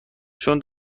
چون